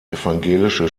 evangelische